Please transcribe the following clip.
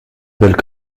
belle